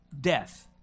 death